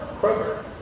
Kroger